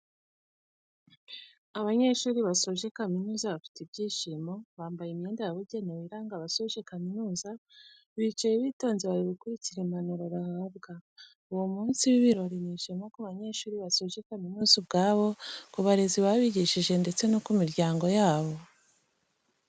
Abanyeshuri basoje kamizuza bafite ibyishimo, bambaye imyenda yabugenewe iranga abasoje kaminuza bicaye bitonze bari gukurikira impanuro bahabwa, uwo munsi w'ibirori ni ishema ku banyeshuri basoje kaminuza ubwabo, ku barezi babigishije ndetse no ku miryango yabo.